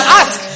ask